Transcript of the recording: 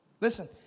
Listen